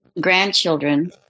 grandchildren